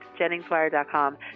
JenningsWire.com